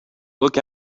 look